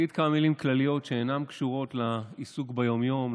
אני אגיד כמה מילים כלליות שאינן קשורות לעיסוק ביום-יום,